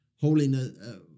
holiness